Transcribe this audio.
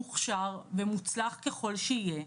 מוכשר ומוצלח ככל שיהיה,